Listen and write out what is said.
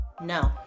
No